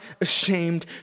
ashamed